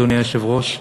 אדוני היושב-ראש.